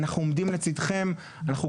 אנחנו עומדים לצדכם,